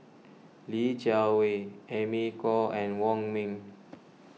Li Jiawei Amy Khor and Wong Ming